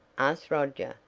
asked roger,